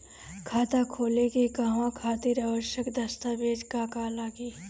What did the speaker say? खाता खोले के कहवा खातिर आवश्यक दस्तावेज का का लगी?